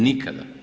Nikada.